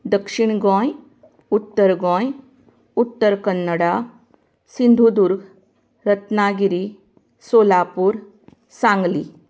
दक्षिण गोंय उत्तर गोंय उत्तर कन्नडा सिंधुदुर्ग रत्नागिरी सोलापूर सांगली